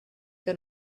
que